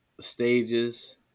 stages